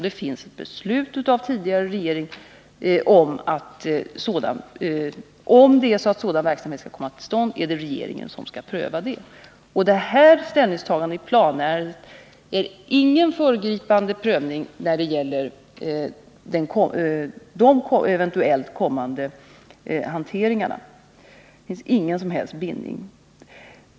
Det finns ett beslut av tidigare regering som innebär att om sådan verksamhet skall komma till stånd, är det regeringen som skall pröva saken. Det här ställningstagandet i planärendet är ingen föregripande prövning när det gäller de eventuellt kommande hanteringarna. Det finns ingen som helst bindning.